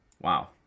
Wow